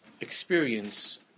Experience